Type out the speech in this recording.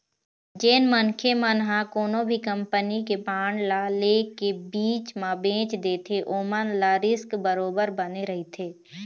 जेन मनखे मन ह कोनो भी कंपनी के बांड ल ले के बीच म बेंच देथे ओमन ल रिस्क बरोबर बने रहिथे